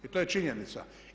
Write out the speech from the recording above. I to je činjenica.